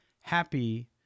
happy